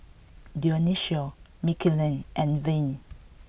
Dionicio Mckinley and Vern